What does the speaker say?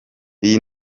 iyi